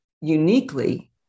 uniquely